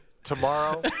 tomorrow